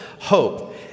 hope